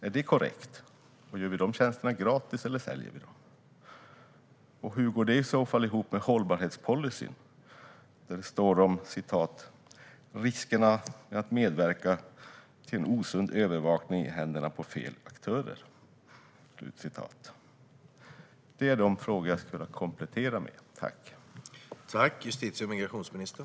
Är detta korrekt? Gör vi dessa tjänster gratis, eller säljer vi dem? Hur går det i så fall ihop med hållbarhetspolicyn, där det står om riskerna med att medverka till osund övervakning i händerna på fel aktörer? Detta är de frågor som jag skulle vilja komplettera med.